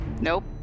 Nope